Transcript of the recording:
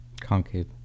concave